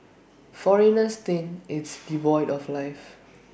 foreigners think it's devoid of life